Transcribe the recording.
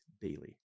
daily